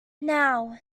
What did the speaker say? now